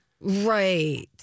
Right